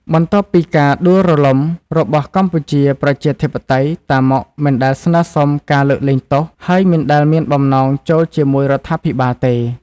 បន្ទាប់ពីការដួលរលំរបស់កម្ពុជា ប្រជាធិបតេយ្យ តាម៉ុក មិនដែលស្នើសុំការ លើកលែងទោស ហើយមិនដែលមានបំណង ចូលជាមួយរដ្ឋាភិបាលទេ។